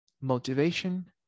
motivation